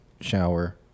shower